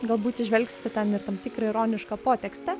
galbūt įžvelgsite ten ir tam tikrą ironišką potekstę